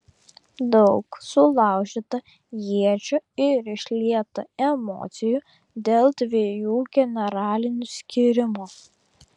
daug sulaužyta iečių ir išlieta emocijų dėl dviejų generalinių skyrimo